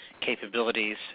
capabilities